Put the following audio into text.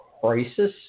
crisis